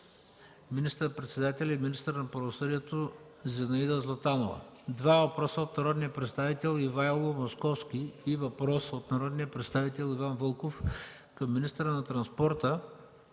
министър-председателя и министър на правосъдието Зинаида Златанова; – два въпроса от народния представител Ивайло Московски и въпрос от народния представител Иван Вълков – към министъра на транспорта,